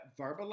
verbalize